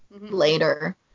later